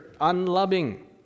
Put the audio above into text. Unloving